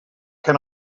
can